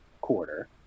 quarter